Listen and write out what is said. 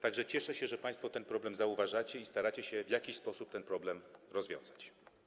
Tak że cieszę się, że państwo ten problem zauważacie i staracie się w jakiś sposób go rozwiązać.